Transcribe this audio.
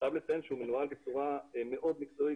אני חייב לציין שהוא מנוהל בצורה מאוד מקצועית,